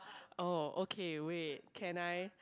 oh okay wait can I